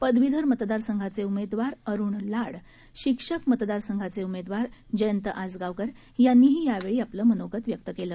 पदवीधर मतदार संघाचे उमेदवार अरुण लाड शिक्षक मतदार संघाचे उमेदवार जयंत आसगावकर यांनीही यावेळी आपलं मनोगत व्यक्त केलं